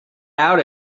out